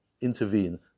intervene